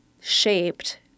shaped